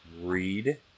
Read